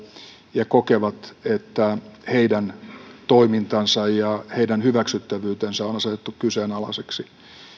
ja kokevat että heidän toimintansa ja heidän hyväksyttävyytensä on asetettu kyseenalaiseksi